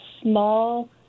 small